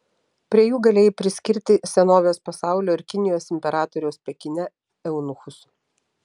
prie jų galėjai priskirti senovės pasaulio ir kinijos imperatoriaus pekine eunuchus